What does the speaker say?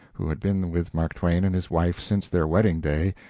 who had been with mark twain and his wife since their wedding-day,